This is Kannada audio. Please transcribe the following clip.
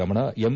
ರಮಣ ಎಂ